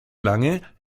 lange